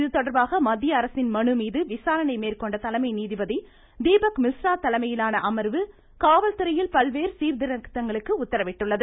இதுதொடர்பாக மத்திய அரசின் மனு மீது விசாரணை மேற்கொண்ட தலைமை தீபக் மிஸ்ரா தலைமையிலான அமர்வு காவல்துறையில் பல்வேறு நீதிபதி சீர்திருத்தங்களுக்கு உத்தரவிட்டுள்ளது